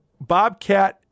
Bobcat